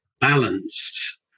balanced